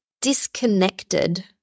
disconnected